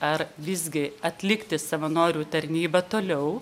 ar visgi atlikti savanorių tarnybą toliau